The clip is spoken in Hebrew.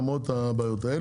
למרות הבעיות האלה.